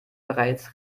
bereits